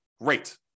great